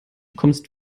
kommst